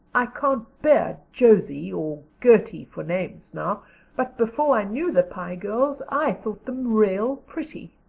i can't bear josie or gertie for names now but before i knew the pye girls i thought them real pretty.